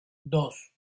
dos